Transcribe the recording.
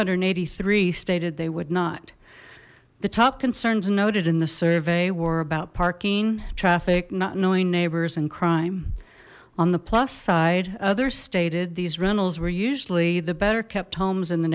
hundred and eighty three stated they would not the top concerns noted in the survey were about parking traffic not knowing neighbors and crime on the plus side others stated these rentals were usually the better kept homes in the